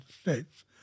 States